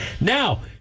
Now